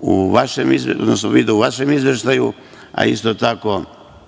u vašem izveštaju, odnosno